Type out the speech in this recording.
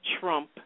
trump